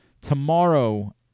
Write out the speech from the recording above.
Tomorrow